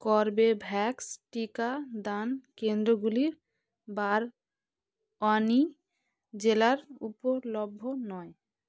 Corbevax টিকাদান কেন্দ্রগুলির বারওয়ানি জেলার উপলভ্য নয়